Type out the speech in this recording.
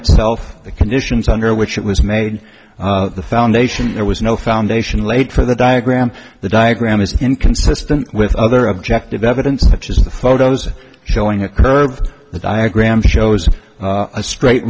itself the conditions under which it was made the foundation there was no foundation laid for the diagram the diagram is inconsistent with other objective evidence such as the photos showing a curve the diagram shows a straight